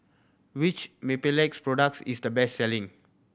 which Mepilex products is the best selling